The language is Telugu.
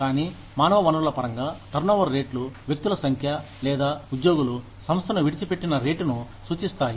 కానీ మానవ వనరుల పరంగా టర్నోవర్ రేట్లు వ్యక్తుల సంఖ్య లేదా ఉద్యోగులు సంస్థను విడిచిపెట్టిన రేటును సూచిస్తాయి